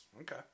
Okay